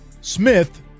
Smith